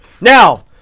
Now